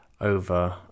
over